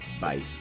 Bye